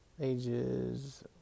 ages